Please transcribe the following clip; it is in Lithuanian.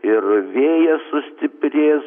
ir vėjas sustiprės